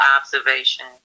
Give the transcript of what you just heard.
observation